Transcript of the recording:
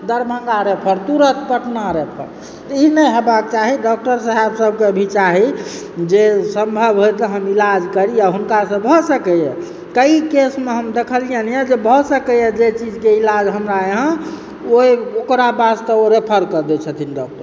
Darbhanga refer तुरत Patna refer तऽ ई नहि हेबाक चाही डॉक्टर साहब सभके भी चाही जे सम्भव होअ तहन ईलाज करी आ हुनकासँ भऽ सकैए कइ केसमे हम देखलियनि हँ जे भऽ सकैए जे चीजके ईलाज हमरा यहाँ ओहि ओकरा वास्ते ओ रेफर कऽ दय छथिन डॉक्टर